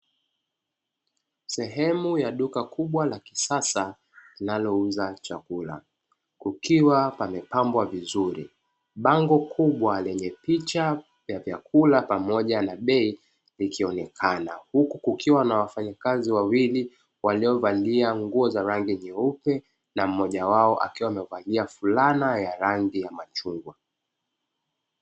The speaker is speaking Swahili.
Sehemu ya duka kubwa la kisasa linalouza chakula kukiwa pamepambwa vizuri, bango kubwa lenye picha ya vyakula pamoja na bei likionekana; huku kukiwa na wafanyakazi wawili waliovalia nguo za rangi nyeupe na mmoja wao akiwa amevalia fulana ya rangi ya machungwa.